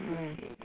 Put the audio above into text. mm